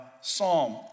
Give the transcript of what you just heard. Psalm